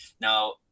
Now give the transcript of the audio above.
Now